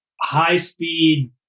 high-speed